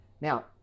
Now